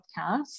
podcast